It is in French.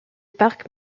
parc